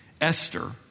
Esther